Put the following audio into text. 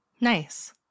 Nice